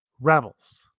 Rebels